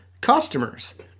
customers